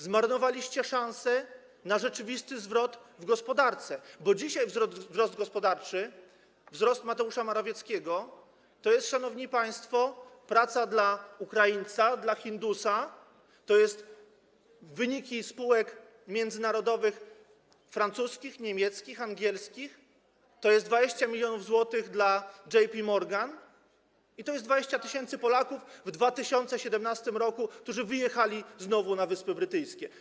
Zmarnowaliście szansę na rzeczywisty zwrot w gospodarce, bo dzisiaj wzrost gospodarczy, wzrost Mateusza Morawieckiego, to jest, szanowni państwo, praca dla Ukraińca, dla Hindusa, to są wyniki spółek międzynarodowych: francuskich, niemieckich, angielskich, to jest 20 mln zł dla JP Morgan i to jest 20 tys. Polaków w 2017 r., którzy znowu wyjechali na Wyspy Brytyjskie.